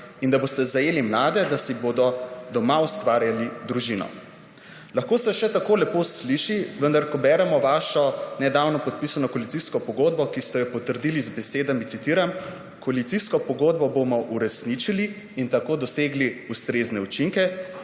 in da boste zajeli mlade, da si bodo doma ustvarjali družino. Lahko se še tako lepo sliši, vendar ko beremo vašo nedavno podpisano koalicijsko pogodbo, ki ste jo potrdili z besedami, citiram, »koalicijsko pogodbo bomo uresničili in tako dosegli ustrezne učinke«,